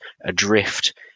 adrift